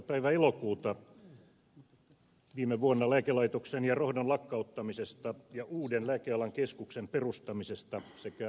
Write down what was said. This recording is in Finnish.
päivänä elokuuta viime vuonna lääkelaitoksen ja rohdon lakkauttamisesta ja uuden lääkealan keskuksen perustamisesta sekä alueellistamisesta